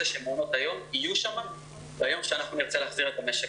שמעונות היום יהיו שם ביום שנרצה להחזיר את המשק